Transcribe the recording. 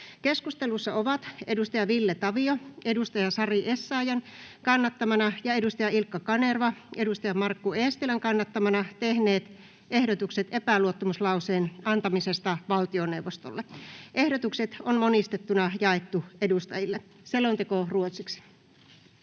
Keskustelussa ovat Ville Tavio Sari Essayah’n kannattamana ja Ilkka Kanerva Markku Eestilän kannattamana tehneet ehdotukset epäluottamuslauseen antamisesta valtioneuvostolle. Ehdotukset on monistettuna jaettu edustajille. (Pöytäkirjan